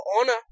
honor